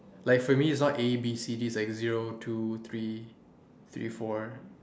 like for me is not A B C D is like zero two three three four